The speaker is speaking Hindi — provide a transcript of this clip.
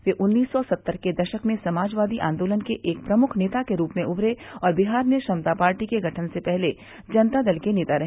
वे उन्नीस सौ सत्तर के दशक में समाजवादी आंदोलन के एक प्रमुख नेता के रूप में उमरे और बिहार में समता पार्टी के गठन से पहले जनता दल के नेता रहे